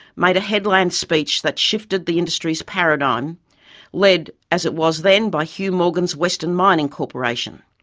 made a headland speech that shifted the industry's paradigm led as it was then by hugh morgan's western mining corporation.